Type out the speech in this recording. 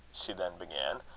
she then began,